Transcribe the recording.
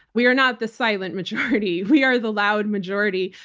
we are not the silent majority. we are the loud majority,